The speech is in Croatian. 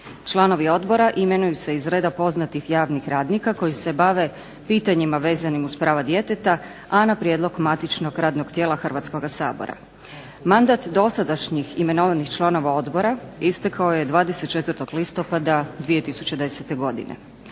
Članovi odbora imenuju se iz reda poznatih javnih radnika koji se bave pitanjima vezanim uz prava djeteta, a na prijedlog matičnog radnog tijela Hrvatskoga sabora. Mandat dosadašnjih imenovanih članova odbora istekao je 24. listopada 2010. godine.